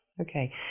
okay